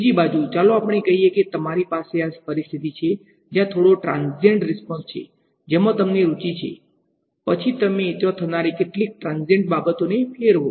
બીજી બાજુ ચાલો આપણે કહીએ કે તમારી પાસે આ પરિસ્થિતિ છે જ્યાં થોડો ટ્રાંઝીયન્ટ રીસ્પોંસ છે જેમાં તમને રુચિ છે પછી તમે ત્યાં થનારી કેટલીક ટ્રાંઝીયન્ટ બાબતોને ફેરવો